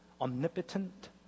omnipotent